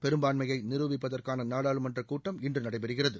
பெரும்பான்மையை நிருபிப்பதற்கான நாடாளுமன்றக் கூட்டம் இன்று நடைபெறுகிறது